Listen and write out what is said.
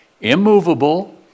immovable